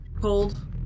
Cold